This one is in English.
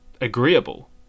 agreeable